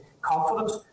confidence